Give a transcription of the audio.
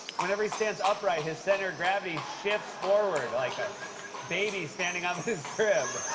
whenever he stands upright, his center gravity shifts forward like a baby standing up in his crib.